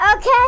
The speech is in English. Okay